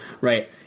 right